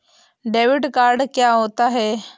Debit card क्या होता है?